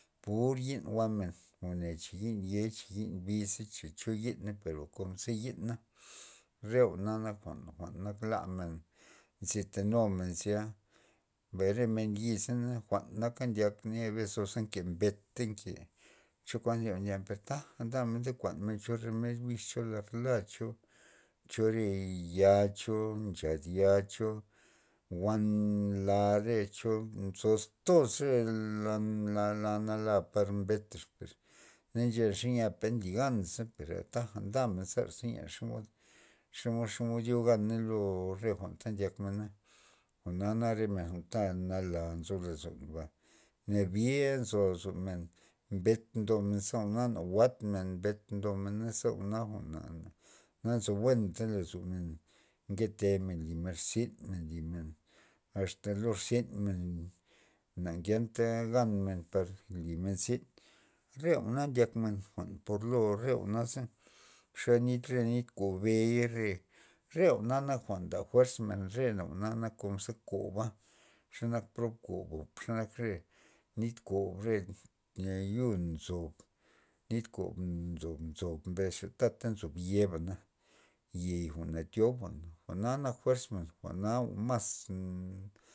Pur yi'n jwa'men goney cha yi'n yei yi'n biza gone cho yi'na kon ze yi'na, re jwa'na nak jwa'n nak lamen nze tenumen zya mbay re men yi'zana jwa'n naka ndyebe nzo ze nke mbeta nke chokuan thi jwa'n taja ndamen nde kuan men cho romed bix jwa'n la cho cho re ya cho ncha lad ya la wan la re cho zoz toz re na- nala par beta xa na nchan kuanpa nli gan per a taja ndamen zer cho or xomod- xomod yo gana lo re jwa'n jwa'na nak re men ta nala nzo lozon nabie nzo lozomen mben ndomen zera za na jwa'nd men mbet ndo men naze jwa'na za na- na nzo buenta lozomen nke temen nke limen zyn men limen asta lo rzyn men na ngenta gan men par limen zyn re jwa'na ndyak men por lo re jwa'na za xe nit- nit kob rebe jwa'na nak fuerz men ze koba xe nak prob koba xanak re nit kob re yo nzob nit kob- kob nzo mbes za tata ye bana yey jwa'na thiob jwa'na nak fuerz men jwa'na jwa'n mas.